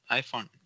iPhone